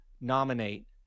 nominate